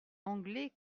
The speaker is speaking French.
anglais